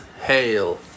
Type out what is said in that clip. hail